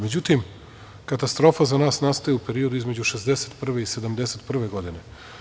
Međutim, katastrofa za nas nastaje u periodu između 1961. i 1971. godine.